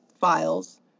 files